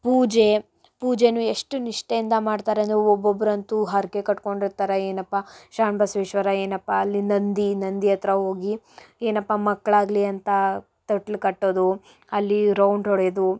ಪೂಜೆ ಪೂಜೆಯೂ ಎಷ್ಟು ನಿಷ್ಠೆಯಿಂದ ಮಾಡ್ತಾರೆ ಅಂದರೆ ಒಬ್ಬೊಬ್ರು ಅಂತೂ ಹರಕೆ ಕಟ್ಕೊಂಡಿರ್ತಾರೆ ಏನಪ್ಪ ಶರಣ ಬಸ್ವೇಶ್ವರ ಏನಪ್ಪ ಅಲ್ಲಿ ನಂದಿ ನಂದಿ ಹತ್ರ ಹೋಗಿ ಏನಪ್ಪ ಮಕ್ಳಾಗಲಿ ಅಂತ ತೊಟ್ಟಿಲು ಕಟ್ಟೋದು ಅಲ್ಲೀ ರೌಂಡ್ ಹೊಡಿಯದು